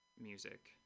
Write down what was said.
music